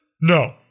no